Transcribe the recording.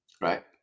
Right